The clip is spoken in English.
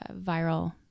viral